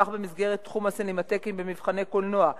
נתמך במסגרת תחום הסינמטקים במבחני קולנוע.